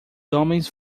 homens